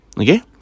Okay